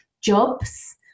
jobs